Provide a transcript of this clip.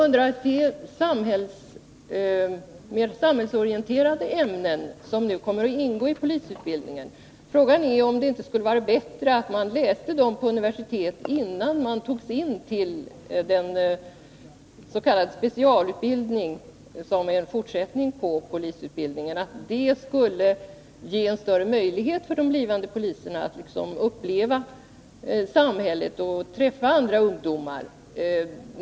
När det gäller de mer samhällsorienterande ämnen som nu kommer att ingå i polisutbildningen är frågan, om det inte skulle vara bättre om man läste dessa ämnen på universitetet, innan man togs in till en specialutbildning som en fortsättning på polisutbildningen. Detta skulle kanske kunna ge de blivande poliserna större möjligheter att uppleva samhället och träffa andra ungdomar.